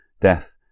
Death